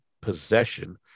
possession